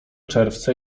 czerwca